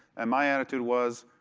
and my attitude was,